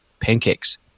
pancakes